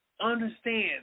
understand